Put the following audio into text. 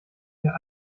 der